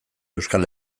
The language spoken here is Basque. euskal